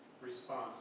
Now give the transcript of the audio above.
Response